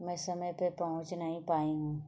मैं समय पर पहुँच नहीं पाई हूँ